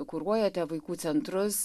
kuruojate vaikų centrus